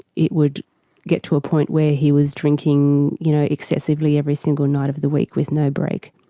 it would get to a point where he was drinking you know excessively every single night of the week with no break.